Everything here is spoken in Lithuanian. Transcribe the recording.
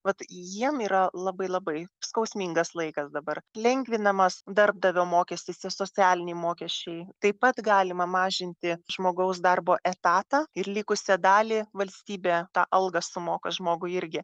vat jiem yra labai labai skausmingas laikas dabar lengvinamas darbdavio mokestis ir socialiniai mokesčiai taip pat galima mažinti žmogaus darbo etatą ir likusią dalį valstybė tą algą sumoka žmogui irgi